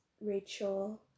Rachel